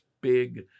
big